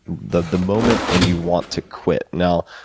the the moment when you want to quit. now,